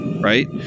right